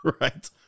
right